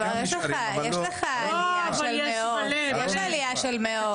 יש עלייה של מאות.